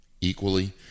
equally